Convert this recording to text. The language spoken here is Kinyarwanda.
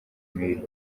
mibi